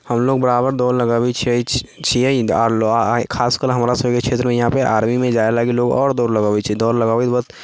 हम लोग बराबर दौड़ लगाबै छियै छियै आओर खासकर हमरा सभके क्षेत्रमे यहाँपर आर्मीमे जाइ लागि लोक आओर दौड़ लगाबै छै दौड़ लगबै दुआरे